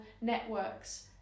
networks